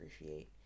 appreciate